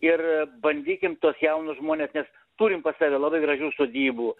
ir bandykim tuos jaunus žmones nes turim pas save labai gražių sodybų